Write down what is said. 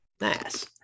Nice